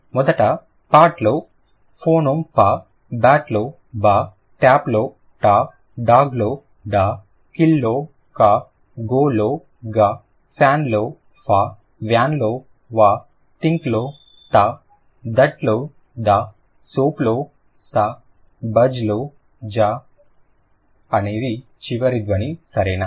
మొదట పాట్లో ఫోనెమ్ ప బాట్లో బా ట్యాప్ లో టా డాగ్ లో డా కిల్ లో కా గో లో గ ఫ్యాన్ లో ఫ వ్యాన్ లో వ థింక్ లో థ దట్ లో ద సోప్ లో స బజ్ లో జా అనేది చివరి ధ్వని సరేనా